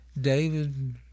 David